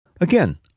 Again